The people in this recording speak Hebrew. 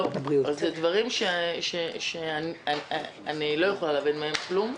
אלה דברים שאני לא יכולה להבין מהם כלום.